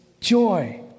joy